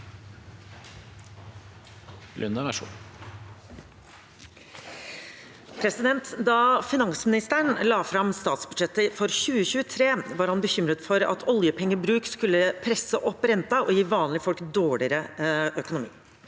Da finansmi- nisteren la fram statsbudsjettet for 2023, var han bekymret for at oljepengebruk skulle presse opp renten og gi vanlige folk dårligere økonomi.